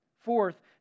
Fourth